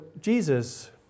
Jesus